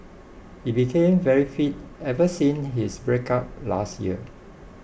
he became very fit ever since his breakup last year